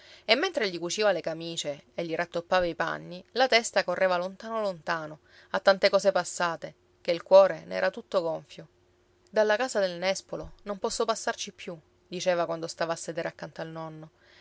e mentre gli cuciva le camicie e gli rattoppava i panni la testa correva lontano lontano a tante cose passate che il cuore ne era tutto gonfio dalla casa del nespolo non posso passarci più diceva quando stava a sedere accanto al nonno